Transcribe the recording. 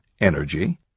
energy